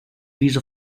viso